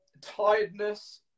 Tiredness